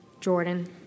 Jordan